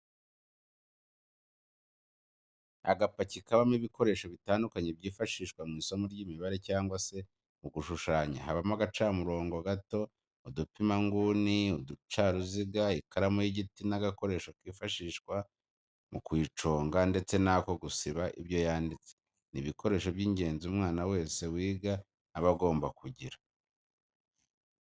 Agapaki kabamo ibikoresho bitandukanye byifashishwa mu isomo ry'imibare cyangwa se mu gushushanya habamo agacamurongo gato, udupima inguni, uducaruziga ,ikaramu y'igiti n'agakoresho kifashishwa mu kuyiconga ndetse n'ako gusiba ibyo yanditse, ni ibikoresho by'ingenzi umwana wese wiga aba agomba kugira.